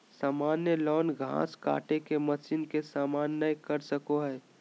सामान्य लॉन घास काटे के मशीन के सामना नय कर सको हइ